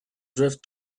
drift